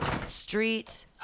street